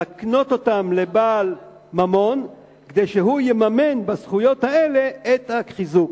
להקנות אותן לבעל ממון כדי שהוא יממן בזכויות האלה את החיזוק,